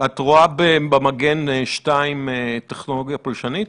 ואת רואה במגן 2 טכנולוגיה פולשנית?